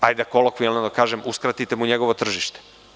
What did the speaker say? Hajde kolokvijalno da kažem, uskratite mu njegovo tržište.